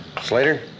Slater